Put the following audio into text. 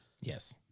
Yes